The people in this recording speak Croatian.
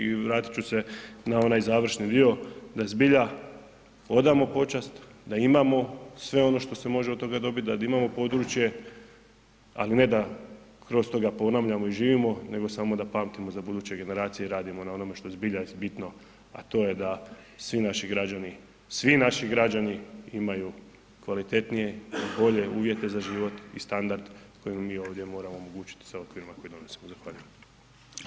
I vratit ću se na onaj završni dio, da zbilja odamo počast, da imamo sve ono što se može od toga dobiti, da imamo područje, ali ne da kroz to da ponavljamo i živimo nego samo da pamtimo za buduće generacije i radimo na onome što je zbilja bitno, a to je da svi naši građani, svi naši građani imaju kvalitetnije i bolje uvjete za život i standard koje im mi ovdje moramo omogućiti sa okvirima koje donosimo.